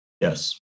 Yes